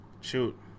Shoot